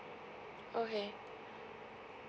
okay